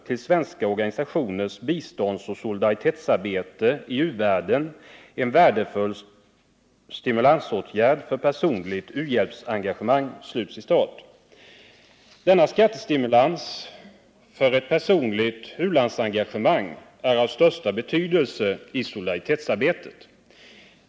till svenska organisationers biståndsoch solidaritetsarbete i u-världen en värdefull stimulansåtgärd för personligt u-hjälpsengagemang.” Denna skattestimulans för ett personligt u-landsengagemang är av största betydelse i solidaritetsarbetet.